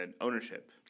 ownership